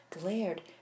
glared